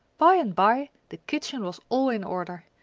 by and by the kitchen was all in order,